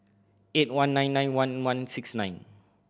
eight one nine nine one one six nine